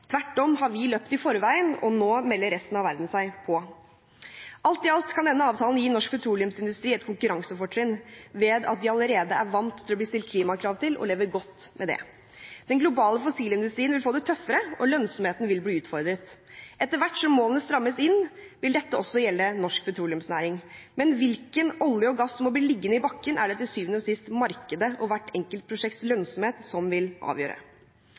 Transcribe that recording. Tvert om har vi løpt i forveien, og nå melder resten av verden seg på. Alt i alt kan denne avtalen gi norsk petroleumsindustri et konkurransefortrinn ved at de allerede er vant til å bli stilt klimakrav til, og lever godt med det. Den globale fossilindustrien vil få det tøffere, og lønnsomheten vil bli utfordret. Etter hvert som målene strammes inn, vil dette også gjelde norsk petroleumsnæring. Men hvilken olje og gass som må bli liggende i bakken, er det til syvende og sist markedet og hvert enkelt prosjekts lønnsomhet som vil avgjøre.